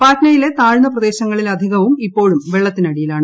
പാറ്റ്നയിലെ താഴ്ന്ന പ്രദേശങ്ങളിലധികവും ഇപ്പോഴും വെള്ളത്തിനടിയിലാണ്